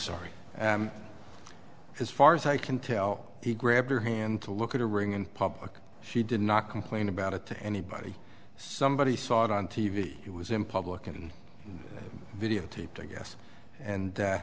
sorry as far as i can tell he grabbed her hand to look at a ring in public she did not complain about it to anybody somebody saw it on t v it was in public and videotaped i guess and